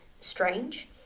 strange